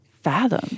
fathom